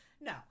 No